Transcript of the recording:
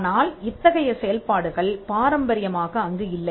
ஆனால் இத்தகைய செயல்பாடுகள் பாரம்பரியமாக அங்கு இல்லை